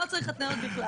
לא צריך התניות בכלל,